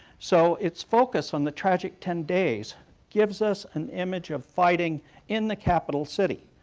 so its focus on the tragic ten days gives us an image of fighting in the capital city,